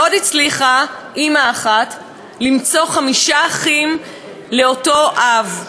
ועוד הצליחה אימא אחת למצוא חמישה אחאים מאותו אב,